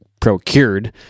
procured